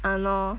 !hannor!